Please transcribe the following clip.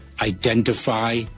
identify